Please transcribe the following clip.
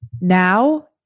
Now